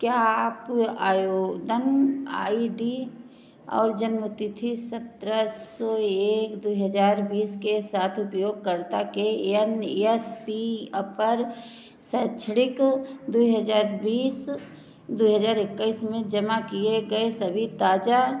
क्या आप आयोदन आई डी और जन्म तिथि सतरह सो एक दुई हज़ार बीस के साथ उपयोगकर्ता के एन एस पी अपर शैक्षणिक वर्ष दो हज़ार बीस दो हज़ार इक्कीस में जमा किए गए सभी ताज़ा